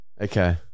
Okay